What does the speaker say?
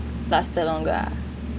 lasted longer ah